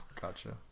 gotcha